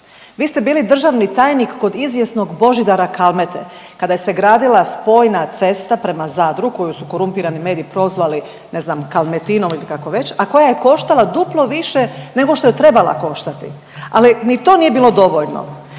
Vi ste bili državni tajnik kod izvjesnog Božidara Kalmete kada se gradila spojna cesta prema Zadru koju su korumpirani mediji prozvali ne znam kalmetinom ili kako već, a koja je koštala duplo više nego šta je trebala koštati, ali ni to nije bilo dovoljno